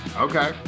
Okay